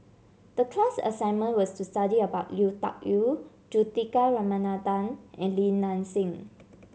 the class assignment was to study about Lui Tuck Yew Juthika Ramanathan and Li Nanxing